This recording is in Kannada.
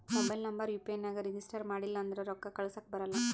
mobile number U P I ನಾಗ್ ರಿಜಿಸ್ಟರ್ ಮಾಡಿಲ್ಲ ಅಂದುರ್ ರೊಕ್ಕಾ ಕಳುಸ್ಲಕ ಬರಲ್ಲ